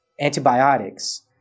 antibiotics